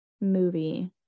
movie